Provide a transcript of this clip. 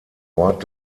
ort